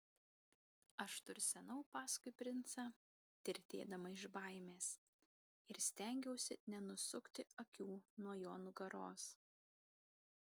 aš tursenau paskui princą tirtėdama iš baimės ir stengiausi nenusukti akių nuo jo nugaros